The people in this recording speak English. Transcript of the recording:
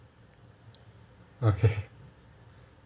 okay